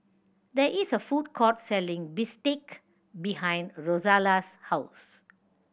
there is a food court selling bistake behind Rozella's house